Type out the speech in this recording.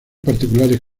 particulares